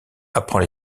apprend